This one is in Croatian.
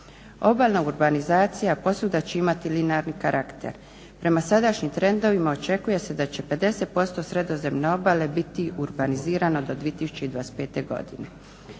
Obalna urbanizacija posvuda će imati linearni karakter. Prema sadašnjim trendovima očekuje se da će 50% sredozemne obale biti urbanizirano do 2025. godine.